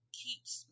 keeps